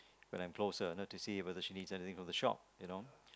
when I'm closer you know to see whether if she needs anything from the shop you know